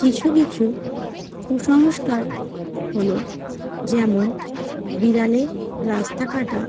কিছু কিছু কুসংস্কার হলো যেমন বিড়ালে রাস্তা কাটা